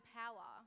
power